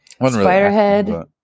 Spiderhead